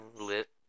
lit